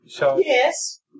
Yes